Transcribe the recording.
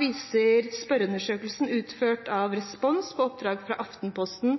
viser en spørreundersøkelse utført av Respons på oppdrag fra Aftenposten